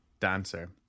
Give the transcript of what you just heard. dancer